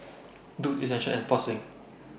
Doux Essential and Sportslink